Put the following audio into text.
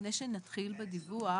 לפני שנתחיל בדיווח,